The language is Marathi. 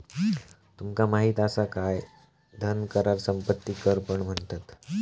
तुमका माहित असा काय धन कराक संपत्ती कर पण म्हणतत?